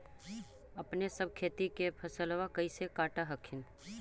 अपने सब खेती के फसलबा कैसे काट हखिन?